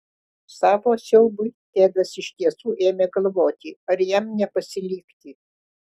savo siaubui tedas iš tiesų ėmė galvoti ar jam nepasilikti